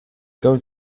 going